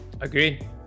Agreed